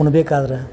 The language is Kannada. ಉಣ್ಬೇಕಾದ್ರೆ